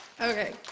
Okay